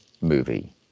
movie